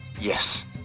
Yes